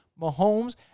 Mahomes